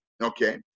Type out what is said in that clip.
okay